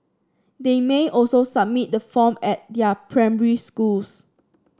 they may also submit the form at their primary schools